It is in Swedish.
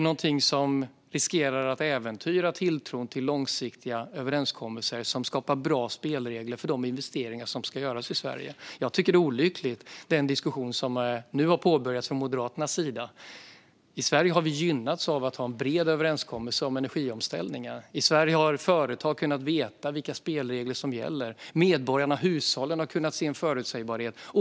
Det riskerar att äventyra tilltron till långsiktiga överenskommelser som skapar bra spelregler för de investeringar som ska göras i Sverige. Jag tycker att det är olyckligt med den diskussion som nu har påbörjats från Moderaternas sida. I Sverige har vi gynnats av att ha en bred överenskommelse om energiomställningen. I Sverige har företag kunnat veta vilka spelregler som gäller. Medborgarna och hushållen har kunnat se en förutsägbarhet.